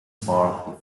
park